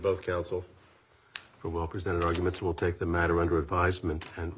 both counsel who will present arguments will take the matter under advisement and